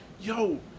yo